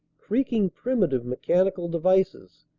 creaking primitive mechani cal devices,